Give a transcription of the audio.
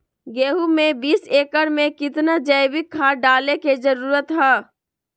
गेंहू में बीस एकर में कितना जैविक खाद डाले के जरूरत है?